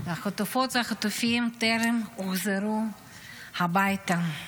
והחטופות והחטופים טרם הוחזרו הביתה.